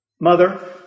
mother